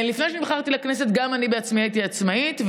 לפני שנבחרתי לכנסת גם אני בעצמי הייתי עצמאית,